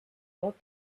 dot